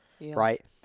right